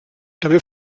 també